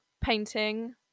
painting